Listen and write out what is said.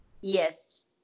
Yes